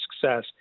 success